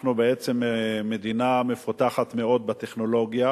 אנחנו בעצם מדינה מפותחת מאוד בטכנולוגיה